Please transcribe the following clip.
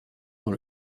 dans